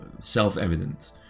self-evident